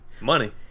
money